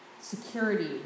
Security